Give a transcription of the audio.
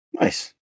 nice